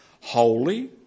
holy